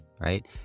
Right